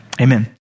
amen